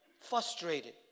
frustrated